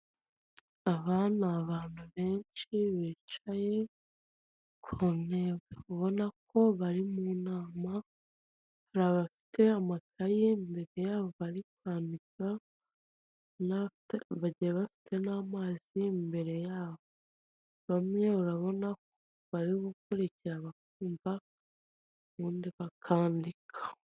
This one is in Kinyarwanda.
Aba ni abantu benshi bicaye ku ntebe ubona ko bari mu nama hari abafite amakaye imbere yabo bari kwandika bagiye bafite n'amazi imbere yabo bamwe urabona bari gukurikira bakumva ubundi bakandika.